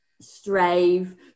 strive